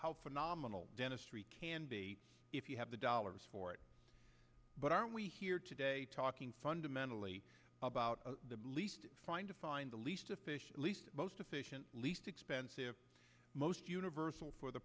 how phenomenal dentistry can be if you have the dollars for it but are we here today talking fundamentally about the least find to find the least efficient least most efficient least expensive most universal for the